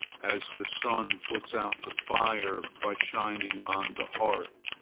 as the sun puts out the fire by shining on the hearth,